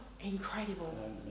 incredible